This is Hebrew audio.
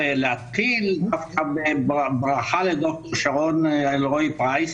להתחיל ככה בברכה לד"ר שרון אלרעי-פרייס.